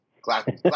Classic